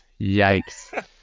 yikes